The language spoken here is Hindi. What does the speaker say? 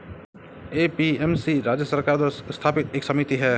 ए.पी.एम.सी राज्य सरकार द्वारा स्थापित एक समिति है